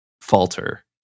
falter